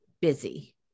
busy